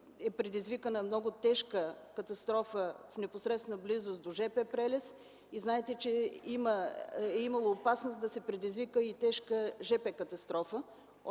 е предизвикана много тежка катастрофа в непосредствена близост до жп прелез и знаете, че е имало опасност да се предизвика и тежка жп катастрофа